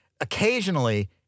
occasionally